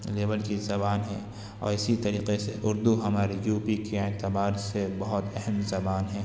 label کی زبان ہے اور اسی طریقے سے اردو ہمارے یو پی کے اعتبار سے بہت اہم زبان ہے